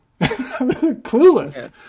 Clueless